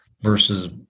versus